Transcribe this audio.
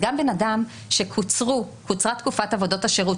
גם בן אדם שקוצרה תקופת עבודות השירות,